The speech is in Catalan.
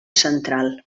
central